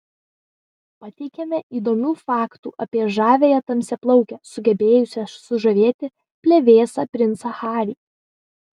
pateikiame įdomių faktų apie žaviąją tamsiaplaukę sugebėjusią sužavėti plevėsą princą harry